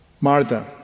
Martha